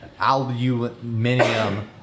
aluminum